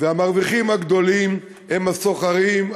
והמרוויחים הגדולים הם הסוחרים,